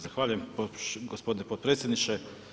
Zahvaljujem gospodine potpredsjedniče.